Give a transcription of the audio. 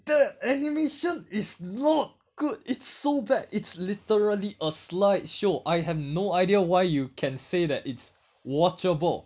the animation is not good it's so bad it's literally a slide show I have no idea why you can say that it's watchable